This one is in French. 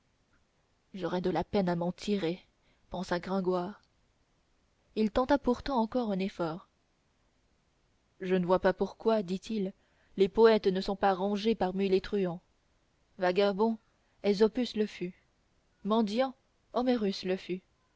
j'aurai de la peine à m'en tirer pensa gringoire il tenta pourtant encore un effort je ne vois pas pourquoi dit-il les poètes ne sont pas rangés parmi les truands vagabond aesopus le fut mendiant homerus le fut